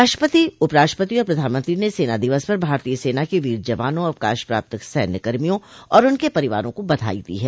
राष्ट्रपति उपराष्ट्रापति और प्रधानमंत्री ने सेना दिवस पर भारतीय सेना के वीर जवानों अवकाश प्राप्त सैन्यकर्मियों और उनके परिवारों को बधाई दी है